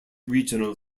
regional